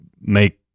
make